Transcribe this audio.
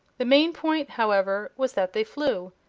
the main point, however, was that they flew,